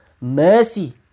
mercy